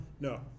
No